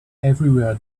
everywhere